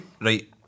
right